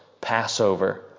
Passover